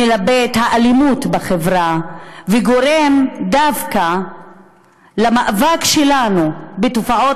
מלבה את האלימות בחברה וגורם דווקא למאבק שלנו בתופעות